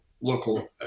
local